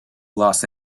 los